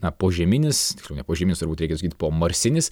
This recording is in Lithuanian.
na požeminis tiksliau ne požeminis turbūt reikia sakyti pomarsinis